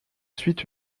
suite